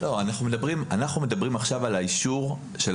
אנחנו מדברים עכשיו על האישור של